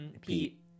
Pete